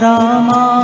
Rama